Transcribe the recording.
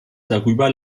darüber